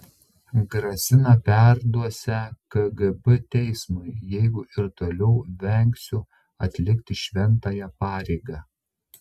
grasina perduosią kgb teismui jeigu ir toliau vengsiu atlikti šventąją pareigą